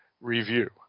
review